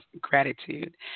gratitude